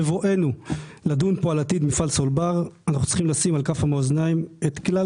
בבואנו לדון על עתיד מפעל סולבר אנחנו צריכים לשים על כף המאזניים את כלל